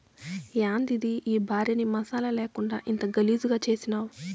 యాందిది ఈ భార్యని మసాలా లేకుండా ఇంత గలీజుగా చేసినావ్